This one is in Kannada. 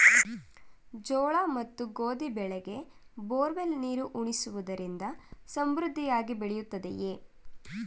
ಜೋಳ ಮತ್ತು ಗೋಧಿ ಬೆಳೆಗೆ ಬೋರ್ವೆಲ್ ನೀರು ಉಣಿಸುವುದರಿಂದ ಸಮೃದ್ಧಿಯಾಗಿ ಬೆಳೆಯುತ್ತದೆಯೇ?